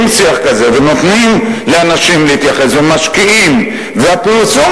שיח כזה ונותנים לאנשים להתייחס ומשקיעים והפרסום